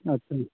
अच्छा